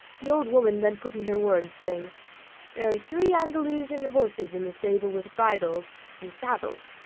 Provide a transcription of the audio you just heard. the old woman then put in her word, saying there are three andalusian horses in the stable with bridles and saddles,